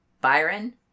Byron